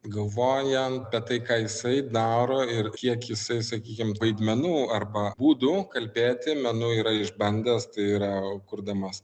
galvojam kad tai ką jisai daro ir kiek jisai sakykim vaidmenų arba būdų kalbėti menu yra išbandęs tai yra kurdamas